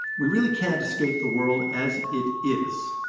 we really can't escape the world as it is.